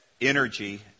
energy